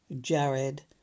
Jared